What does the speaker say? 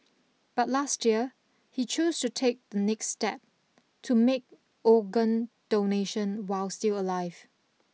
but last year he chose to take the next step to make organ donation while still alive